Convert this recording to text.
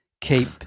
keep